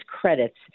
credits